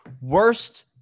Worst